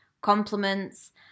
compliments